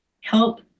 help